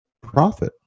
profit